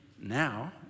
Now